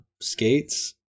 skates